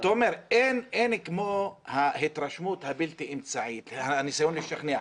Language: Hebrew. אין כמו ההתרשמות הבלתי אמצעית והניסיון לשכנע.